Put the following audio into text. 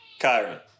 Kyron